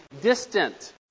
distant